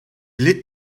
lit